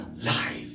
life